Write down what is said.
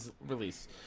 release